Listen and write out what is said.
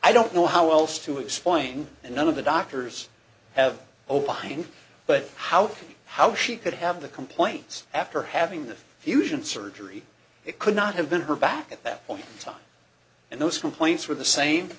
i don't know how else to explain and none of the doctors have opined but how how she could have the complaints after having the fusion surgery it could not have been her back at that time and those from points were the same